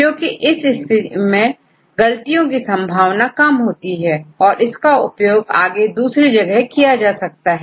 क्योंकि इस स्थिति में गलतियों की संभावना कम होती है और इसका उपयोग आगे दूसरी जगह किया जा सकता है